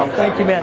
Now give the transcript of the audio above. thank you. but